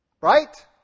Right